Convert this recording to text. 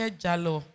jalo